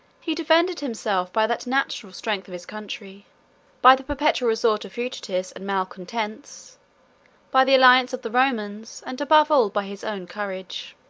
he defended himself by the natural strength of his country by the perpetual resort of fugitives and malecontents by the alliance of the romans, and above all, by his own courage.